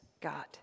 God